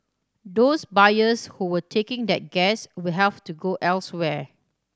those buyers who were taking that gas will have to go elsewhere